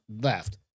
left